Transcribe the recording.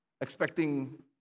Expecting